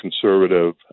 conservative